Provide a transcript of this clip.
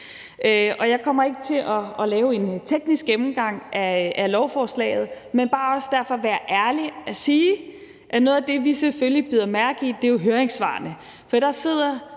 Jeg kommer ikke til at foretage en teknisk gennemgang af lovforslaget, men vil bare være ærlig og sige, at noget af det, vi selvfølgelig bider mærke i, er høringssvarene